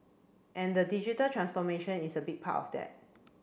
and the digital transformation is a big part of that